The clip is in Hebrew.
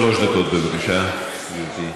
שלוש דקות, בבקשה, גברתי.